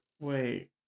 wait